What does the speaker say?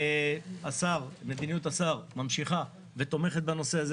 מדיניות השר ממשיכה ותומכת בנושא הזה.